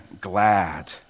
glad